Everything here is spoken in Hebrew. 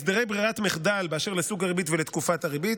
הסדרי ברירת מחדל אשר לסוג הריבית ולתקופת הריבית,